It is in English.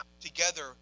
together